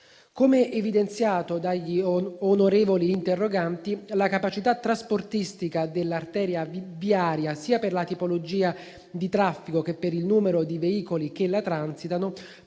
Come evidenziato dagli onorevoli interroganti, la capacità trasportistica dell'arteria viaria, sia per la tipologia di traffico che per il numero di veicoli che la transitano,